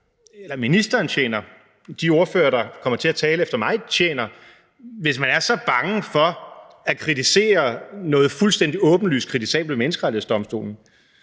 eller ministeren tjener, eller de ordførere, der kommer til at tale efter mig, tjener, hvis man er så bange for at kritisere noget fuldstændig åbenlyst kritisabelt ved Menneskerettighedsdomstolen?